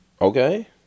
Okay